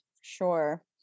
Sure